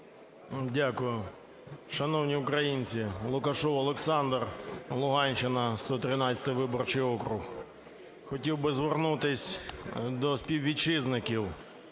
Дякую. Шановні українці! Лукашев Олександр, Луганщина, 113 виборчий округ. Хотів би звернутись до співвітчизників.